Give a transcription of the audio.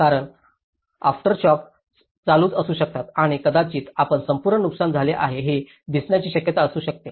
कारण aftershock चालूच असू शकतात आणि कदाचित आपणास संपूर्ण नुकसान झाले आहे हे दिसण्याची शक्यता असू शकते